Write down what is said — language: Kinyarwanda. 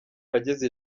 ageza